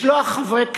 לשלוח חברי כנסת,